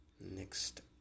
Next